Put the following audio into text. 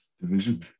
Division